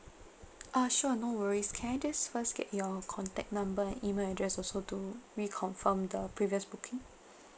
ah sure no worries can I just first get your contact number and email address also to reconfirm the previous booking